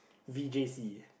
v_j_c